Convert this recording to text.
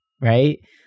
right